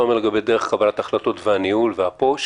אומר לגבי דרך קבלת ההחלטות והניהול וה-פּוֹש